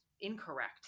incorrect